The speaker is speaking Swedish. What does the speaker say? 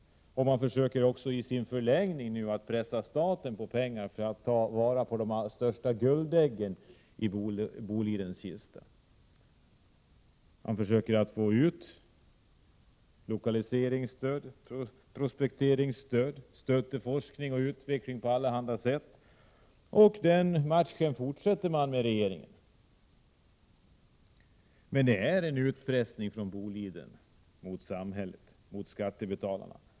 I förlängningen försöker man pressa staten på pengar för att kunna ta vara på de största guldäggen i Bolidens kista. Man försöker få ut lokaliseringsstöd, prospekteringsstöd och stöd till forskning och utveckling på allehanda sätt. Matchen med regeringen fortsätter. Boliden bedriver utpressning mot samhället, mot skattebetalarna.